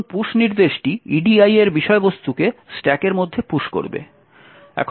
এখন পুশ নির্দেশটি edi এর বিষয়বস্তুকে স্ট্যাকের মধ্যে পুশ করবে